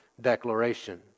declaration